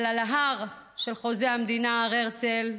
אבל על ההר של חוזה המדינה, הר הרצל,